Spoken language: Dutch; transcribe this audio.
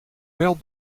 wel